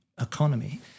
economy